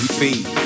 feed